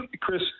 Chris